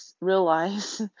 realize